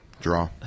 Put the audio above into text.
Draw